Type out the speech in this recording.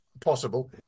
possible